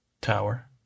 tower